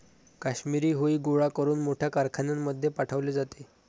काश्मिरी हुई गोळा करून मोठ्या कारखान्यांमध्ये पाठवले जाते